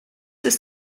ist